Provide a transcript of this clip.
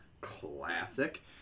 Classic